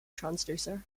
transducer